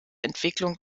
entwicklung